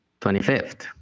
25th